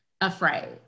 afraid